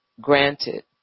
granted